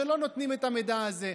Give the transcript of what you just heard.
שלא נותנים את המידע הזה,